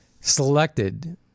selected